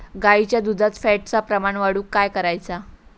गाईच्या दुधात फॅटचा प्रमाण वाढवुक काय करायचा?